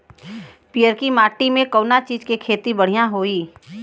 पियरकी माटी मे कउना चीज़ के खेती बढ़ियां होई?